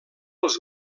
els